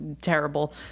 terrible